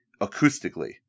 acoustically